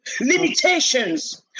limitations